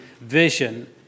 vision